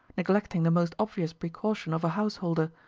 neglecting the most obvious precaution of a householder.